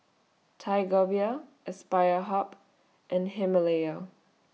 Tiger Beer Aspire Hub and Himalaya